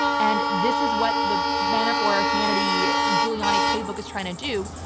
and this is what the manafort, hannity, giuliani playbook is trying to do.